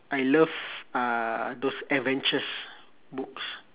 I love uh those adventures books